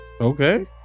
Okay